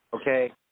Okay